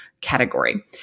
category